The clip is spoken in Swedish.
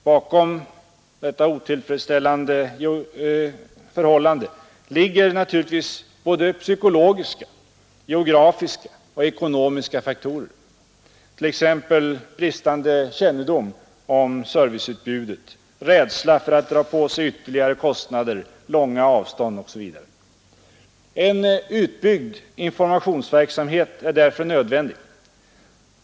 Bakom detta otillfredsställande förhållande ligger naturligtvis psykologiska, geografiska och ekonomiska faktorer, t.ex. bristande kännedom om serviceutbudet, rädsla för att dra på sig ytterligare kostnader, långa avstånd osv. En utbyggd informationsverksamhet är därför nödvändig.